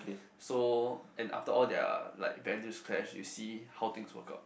so and after all their like values clash you see how things work out